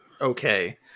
okay